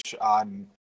on